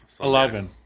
Eleven